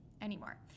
anymore